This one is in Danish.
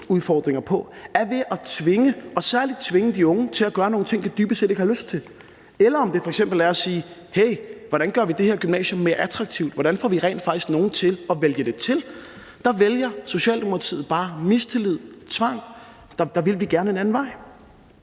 samfundsudfordringer på, er ved at tvinge og særlig tvinge de unge til at gøre nogle ting, de dybest set ikke har lyst til, eller ved f.eks. at sige: Hey, hvordan gør vi det her gymnasium mere attraktivt? Hvordan får vi rent faktisk nogle til at vælge det til? Der vælger Socialdemokratiet bare mistillid og tvang, og der vil vi gerne en anden vej.